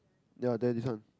yea there this one